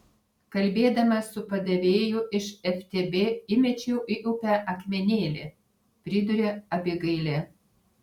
kalbėdama su padavėju iš ftb įmečiau į upę akmenėlį pridūrė abigailė